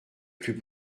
plus